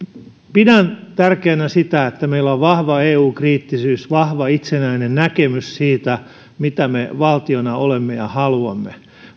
pidän tärkeänä sitä että meillä on vahva eu kriittisyys vahva itsenäinen näkemys siitä mitä me valtiona olemme ja haluamme